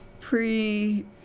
pre